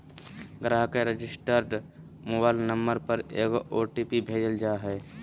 ग्राहक के registered mobile number पर एगो ओ.टी.पी भेजल जा हइ